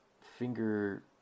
finger